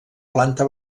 planta